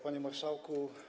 Panie Marszałku!